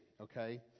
okay